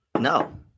No